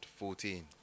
14